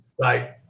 Right